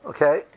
Okay